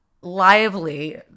lively